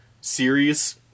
series